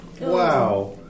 Wow